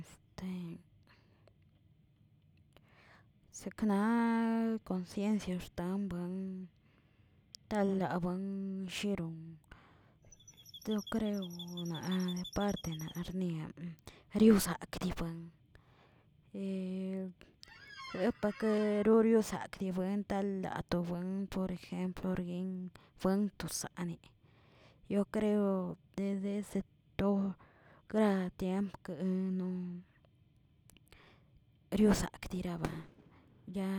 Este sekna conciencia xta buen talaa buen jeron, to creo departe laꞌ xnia riosakꞌ dii buen, eupake riorioꞌosakꞌ dii buen tanlaa to buen por ejempl lorguin fuen to sane, yo creo desde ese to gra tiempke no riosakꞌ diraba, ya